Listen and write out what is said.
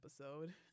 episode